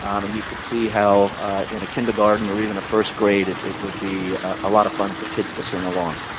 um and you can see how in kindergarten or even first grade it would be a lot of fun for kids to sing along.